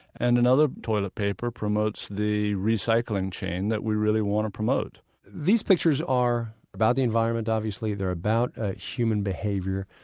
and another toilet paper promotes the recycling chain that we really want to promote these pictures are about the environment, obviously they're about ah human behavior.